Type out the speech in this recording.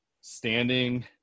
standing